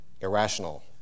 irrational